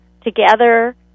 together